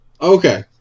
Okay